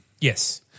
Yes